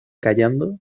callando